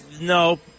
No